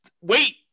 Wait